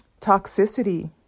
toxicity